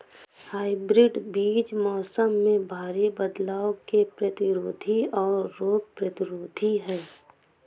hybrid बीज मौसम में भारी बदलाव के प्रतिरोधी और रोग प्रतिरोधी हैं